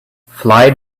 fly